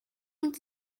und